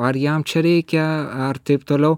ar jam čia reikia ar taip toliau